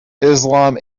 islam